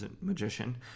Magician